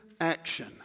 action